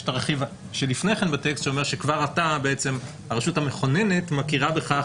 יש את הרכיב שלפני כן בטקסט שאומר שכבר הרשות המכוננת מכירה בכך